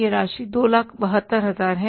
यह राशि 272000 है